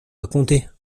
raconter